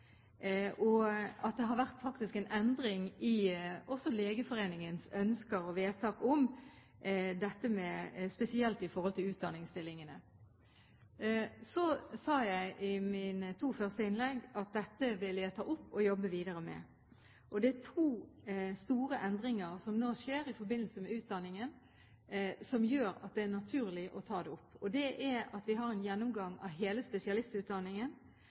og det har faktisk også vært en endring i Legeforeningens ønsker og vedtak, spesielt når det gjelder utdanningsstillingene. I mine to første innlegg sa jeg at dette vil jeg ta opp og jobbe videre med. Det er to store endringer som nå skjer i forbindelse med utdanningen, som gjør at det er naturlig å ta det opp. Vi har nå en gjennomgang av hele spesialistutdanningen